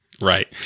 Right